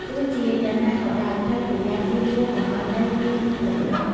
ទោះជាយ៉ាងណាក៏ដោយ ត្រូវប្រយ័ត្នចៀសវាងកុំឱ្យដីមានទឹកដក់។